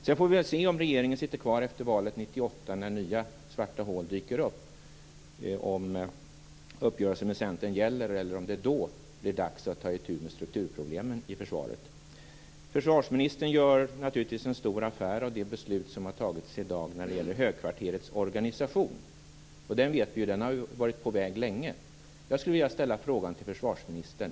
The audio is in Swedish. Sedan får vi se om regeringen sitter kvar efter valet 1998 när nya svarta hål dyker upp, om uppgörelsen med Centern gäller eller om det då blir dags att ta itu med strukturproblemen i försvaret. Försvarsministern gör naturligtvis en stor affär av det beslut som har fattats i dag om högkvarterets organisation. Vi vet att det beslutet har varit på väg länge. Jag skulle vilja ställa en fråga till försvarsministern.